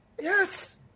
Yes